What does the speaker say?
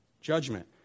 judgment